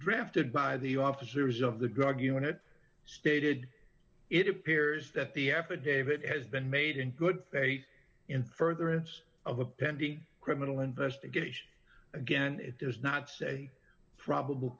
drafted by the officers of the drug unit stated it appears that the affidavit has been made in good faith in furtherance of a pending criminal investigation again it does not say probable